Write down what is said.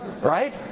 right